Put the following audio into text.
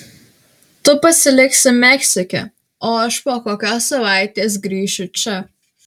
tu pasiliksi meksike o aš po kokios savaitės grįšiu čia